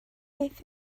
beth